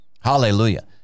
Hallelujah